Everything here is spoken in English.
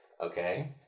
Okay